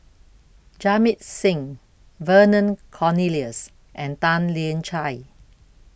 Jamit Singh Vernon Cornelius and Tan Lian Chye